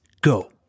go